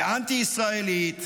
כאנטי-ישראלית,